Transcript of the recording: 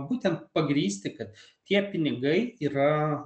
būtent pagrįsti kad tie pinigai yra